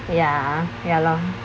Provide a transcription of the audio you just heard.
ya ya lor